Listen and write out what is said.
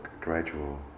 gradual